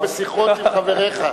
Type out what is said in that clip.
בשיחות עם חבריך.